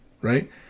right